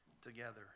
together